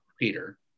Peter